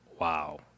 wow